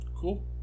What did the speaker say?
Cool